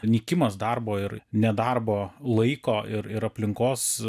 nykimas darbo ir nedarbo laiko ir aplinkos